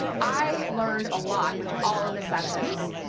i learned a lot with all of the sessions.